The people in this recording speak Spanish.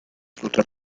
sutras